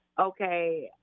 Okay